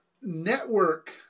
network